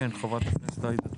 כן, חברת הכנסת עאידה תומא סלימאן.